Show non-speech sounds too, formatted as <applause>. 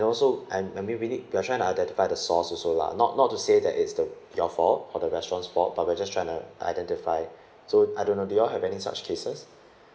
and also and we are trying to identify the source also lah not not to say that it's the your fault or the restaurant fault but we're just trying to identify <breath> so I don't know do you all have any such cases